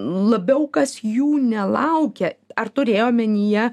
labiau kas jų nelaukia ar turėjai omenyje